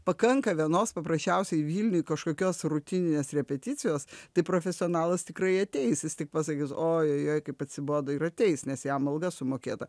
pakanka vienos paprasčiausiai vilniuj kažkokios rutininės repeticijos tai profesionalas tikrai ateis jis tik pasakys oi kaip atsibodo ir ateis nes jam alga sumokėta